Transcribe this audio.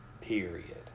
Period